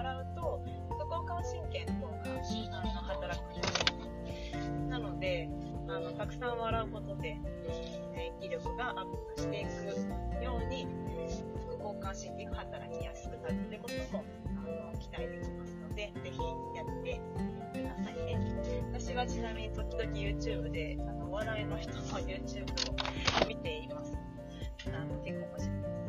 笑うと副交感神経の方が、あの、働くんですよね。なので、あの、たくさん笑うことで、えー、免疫力がアップしていくように、副交感神経が働きやすくなるってことも、あの、期待できますので、ぜひやってくださいね。私はちなみに時々YouTubeで、あの、お笑いの人のYouTubeを見ています。あの、結構面白い。